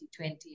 2020